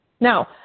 Now